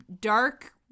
dark